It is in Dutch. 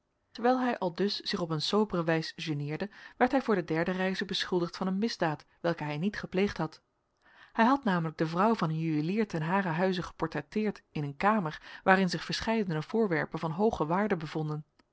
terwijl hij aldus zich op een sobere wijs geneerde werd hij voor de derde reize beschuldigd van een misdaad welke hij niet gepleegd had hij had namelijk de vrouw van een juwelier ten haren huize geportretteerd in een kamer waarin zich verscheidene voorwerpen van hooge waarde bevonden